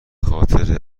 خاطر